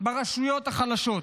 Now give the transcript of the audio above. ברשויות החלשות.